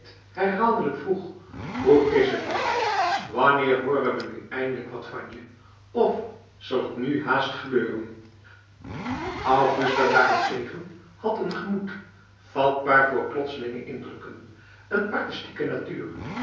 herhaaldelijk vroeg hoe is t brouwer wanneer hooren we nu eindelijk wat van je of zal het nu haast gebeuren augusta daarentegen had een gemoed vatbaar voor plotselinge indrukken een artistieke natuur